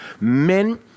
men